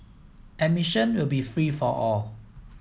admission will be free for all